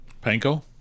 panko